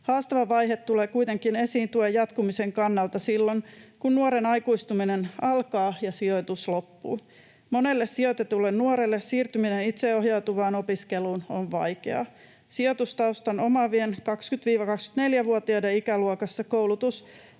Haastava vaihe tulee kuitenkin esiin tuen jatkumisen kannalta silloin, kun nuoren aikuistuminen alkaa ja sijoitus loppuu. Monelle sijoitetulle nuorelle siirtyminen itseohjautuvaan opiskeluun on vaikeaa. Sijoitustaustan omaavien 20—24-vuotiaiden ikäluokassa koulutus